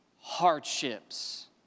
hardships